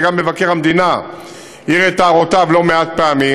וגם מבקר המדינה העיר את הערותיו לא-מעט פעמים.